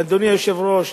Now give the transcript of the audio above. אדוני היושב-ראש,